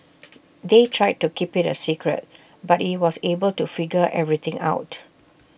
they tried to keep IT A secret but he was able to figure everything out